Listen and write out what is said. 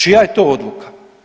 Čija je to odluka?